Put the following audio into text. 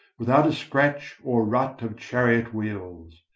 without a scratch or rut of chariot wheels,